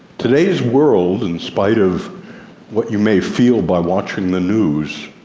today's world, in spite of what you may feel by watching the news,